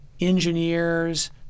engineers